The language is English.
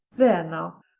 there now.